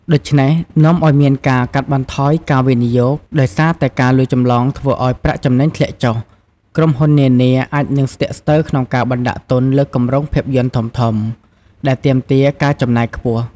ដូច្នេះនាំឲ្យមានការ កាត់បន្ថយការវិនិយោគ ដោយសារតែការលួចចម្លងធ្វើឱ្យប្រាក់ចំណេញធ្លាក់ចុះ ក្រុមហ៊ុននានាអាចនឹងស្ទាក់ស្ទើរក្នុងការបណ្ដាក់ទុនលើគម្រោងភាពយន្តធំៗ ដែលទាមទារការចំណាយខ្ពស់។